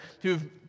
who've